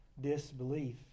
disbelief